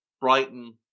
Brighton